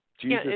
Jesus